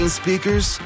speakers